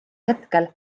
hetkel